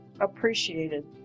appreciated